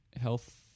Health